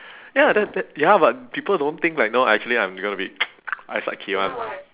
ya that that ya but people don't think like no I actually I'm gonna be I satki [one]